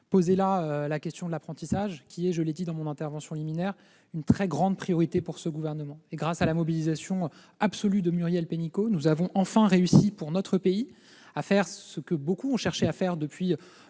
posez la question de l'apprentissage, qui, comme je l'ai dit dans mon intervention liminaire, est une très grande priorité pour le Gouvernement. Grâce à la mobilisation absolue de Muriel Pénicaud, nous avons enfin réussi à faire, pour notre pays, ce que beaucoup ont cherché à faire depuis